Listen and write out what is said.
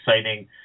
exciting